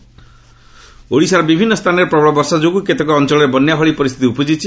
Odisha rain ଓଡ଼ିଶାର ବିଭିନ୍ନ ସ୍ଥାନରେ ପ୍ରବଳ ବର୍ଷା ଯୋଗୁଁ କେତେକ ଅଞ୍ଚଳରେ ବନ୍ୟା ଭଳି ପରିସ୍ଥିତି ଉପୁଜିଛି